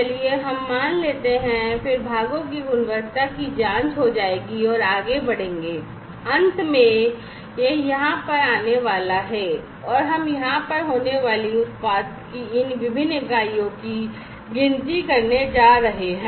चलिए हम मान लेते हैं फिर भागों की गुणवत्ता की जाँच हो जाएगी और आगे बढ़ेंगे और अंत में यह यहाँ पर आने वाला है और हम यहाँ पर होने वाली उत्पाद की इन विभिन्न इकाइयों की गिनती करने जा रहे हैं